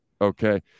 Okay